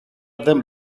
δεν